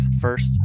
First